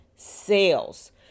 sales